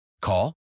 Call